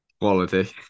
Quality